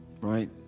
right